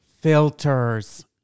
Filters